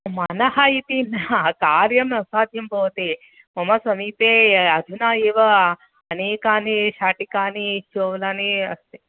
मनः इति न कार्यं असाध्यं भवति मम समीपे अधुना एव अनेकानि शाटिकानि चोलानि अस्ति